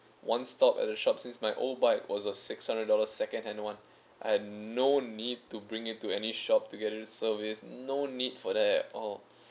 one stop at the shop since my old bike was a six hundred dollars second hand one I've no need to bring into any shop to get it service no need for that at all